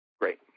Great